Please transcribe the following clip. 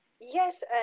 yes